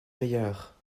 meilleure